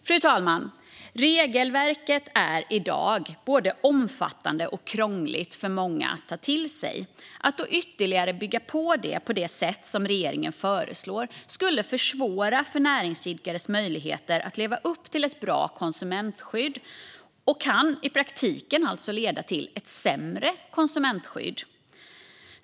Fru talman! Regelverket är i dag både omfattande och krångligt för många att ta till sig. Att då ytterligare bygga på det på det sätt som regeringen föreslår skulle försvåra näringsidkares möjligheter att leva upp till ett bra konsumentskydd och kan i praktiken alltså leda till ett sämre konsumentskydd.